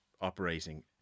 operating